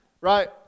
Right